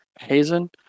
Hazen